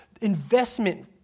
investment